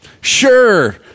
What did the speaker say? Sure